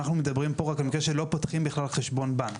אנחנו מדברים פה רק על מקרה שלא פותחים בכלל חשבון בנק.